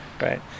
right